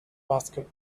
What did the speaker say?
basket